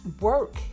work